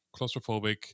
Claustrophobic